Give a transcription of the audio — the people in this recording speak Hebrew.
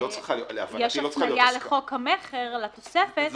יש הפניה לחוק המכר, לתוספת,